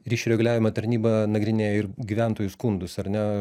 ryšių reguliavimo tarnyba nagrinėja ir gyventojų skundus ar ne